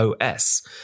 OS